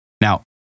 Now